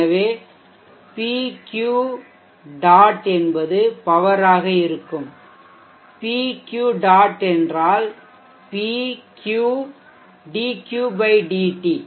எனவே PQ dot என்பது power ஆக இருக்கும் P Q dot என்றால் P Q dQ dt